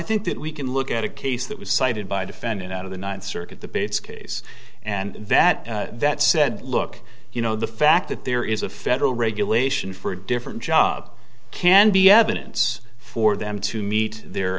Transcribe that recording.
think that we can look at a case that was cited by defendant out of the ninth circuit the base case and that that said look you know the fact that there is a federal regulation for a different job can be evidence for them to meet